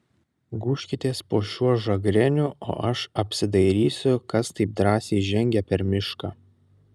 gūžkitės po šiuo žagreniu o aš apsidairysiu kas taip drąsiai žengia per mišką